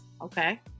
Okay